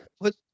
Put